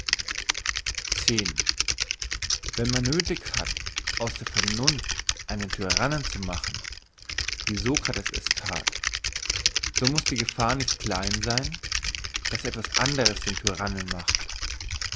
wenn man nöthig hat aus der vernunft einen tyrannen zu machen wie sokrates es that so muss die gefahr nicht klein sein dass etwas andres den tyrannen macht